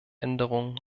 änderungen